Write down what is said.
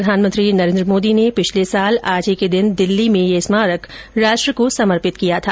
प्रधानमंत्री नरेन्द्र मोदी ने पिछले साल आज ही के दिन दिल्ली में यह स्मारक राष्ट्र को समर्पित किया था